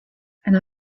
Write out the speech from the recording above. and